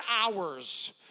hours